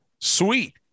Sweet